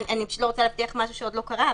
אני פשוט לא רוצה להבטיח משהו שעוד לא קרה.